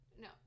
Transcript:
No